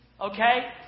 Okay